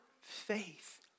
faith